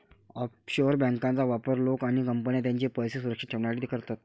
offshore बँकांचा वापर लोक आणि कंपन्या त्यांचे पैसे सुरक्षित ठेवण्यासाठी करतात